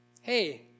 Hey